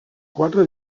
quatre